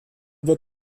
wird